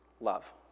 love